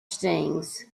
stings